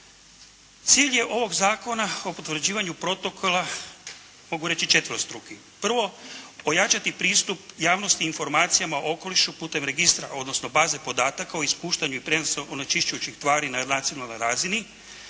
Cilj je ovog Zakona o potvrđivanju Protokola mogu reći četverostruki. Prvo, pojačati pristup javnosti informacijama o okolišu putem registra odnosno baze podataka o ispuštanju i prijenosu onečišćujućih tvari na nacionalnoj razini.